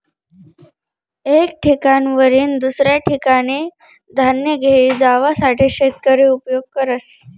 एक ठिकाणवरीन दुसऱ्या ठिकाने धान्य घेई जावासाठे शेतकरी उपयोग करस